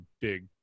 big